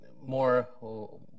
more